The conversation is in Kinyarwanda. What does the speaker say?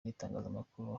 n’itangazamakuru